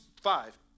five